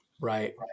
Right